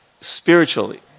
Spiritually